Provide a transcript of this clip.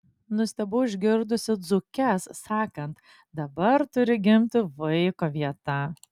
nustebau išgirdusi dzūkes sakant dabar turi gimti vaiko vieta